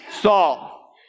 Saul